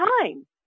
time